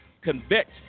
convict